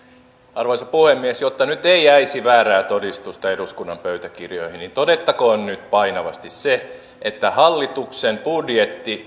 arvoisa puhemies jotta nyt ei jäisi väärää todistusta eduskunnan pöytäkirjoihin niin todettakoon painavasti se että hallituksen budjetti